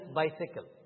bicycle